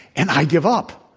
and i give up.